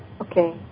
Okay